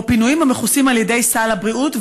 או פינויים המכוסים על ידי סל הבריאות,